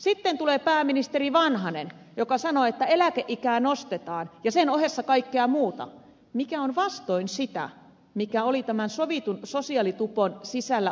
sitten tulee pääministeri vanhanen joka sanoo että eläkeikää nostetaan ja sen ohessa kaikkea muuta mikä on vastoin niitä elementtejä jotka olivat tämän sovitun sosiaalitupon sisällä